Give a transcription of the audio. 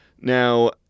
Now